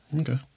okay